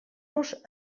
los